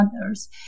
others